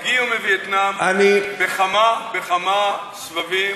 הגיעו מווייטנאם בכמה סבבים